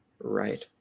right